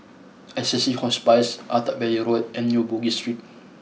Assisi Hospice Attap Valley Road and New Bugis Street